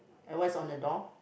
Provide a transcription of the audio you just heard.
and what is on the door